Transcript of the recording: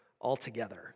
altogether